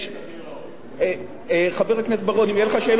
חבר הכנסת בר-און, אם יהיו לך שאלות תשאל בסוף.